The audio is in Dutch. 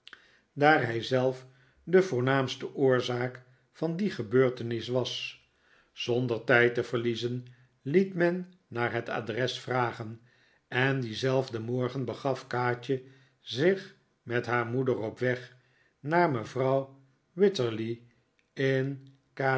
daar hij zelf de voornaamste oorzaak van die gebeurtenis was zonder tijd te verliezen liet men naar het adres vragen en dienzelfden morgen begaf kaatje zich met haar moeder op weg naar mevrouw wititterly in